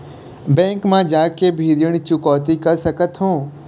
Bank मा जाके भी ऋण चुकौती कर सकथों?